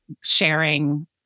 sharing